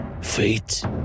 Fate